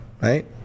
right